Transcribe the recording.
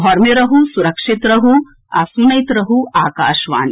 घर मे रहू सुरक्षित रहू आ सुनैत रहू आकाशवाणी